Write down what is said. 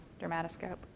dermatoscope